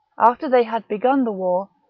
after they had begun the war,